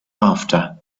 after